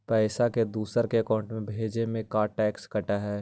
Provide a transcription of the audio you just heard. पैसा के दूसरे के अकाउंट में भेजें में का टैक्स कट है?